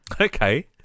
Okay